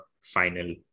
final